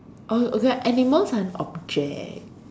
oh okay ah animals aren't object